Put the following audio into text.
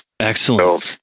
Excellent